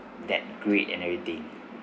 that great and everything